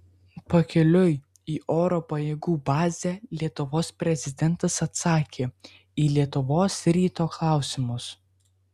pakeliui į oro pajėgų bazę lietuvos prezidentas atsakė į lietuvos ryto klausimus